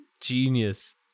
Genius